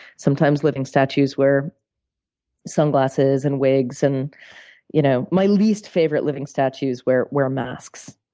sometimes, living statues wear sunglasses and wigs. and you know my least favorite living statues wear wear masks